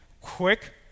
Quick